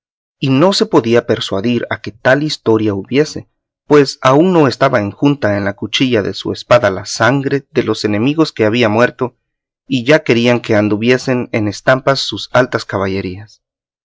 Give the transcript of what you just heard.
y no se podía persuadir a que tal historia hubiese pues aún no estaba enjuta en la cuchilla de su espada la sangre de los enemigos que había muerto y ya querían que anduviesen en estampa sus altas caballerías